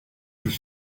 plus